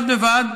בד בבד,